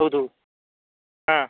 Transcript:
ಹೌದು ಹಾಂ